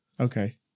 Okay